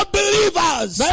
believers